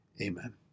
amen